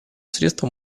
средства